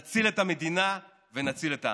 נציל את המדינה ונציל את העם.